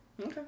Okay